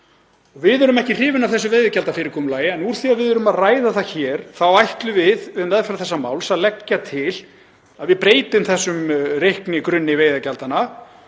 Við erum ekki hrifin af þessu veiðigjaldsfyrirkomulagi en úr því að við erum að ræða það hér ætlum við í meðferð þessa máls að leggja til að við breytum reiknigrunni veiðigjaldsins